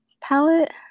palette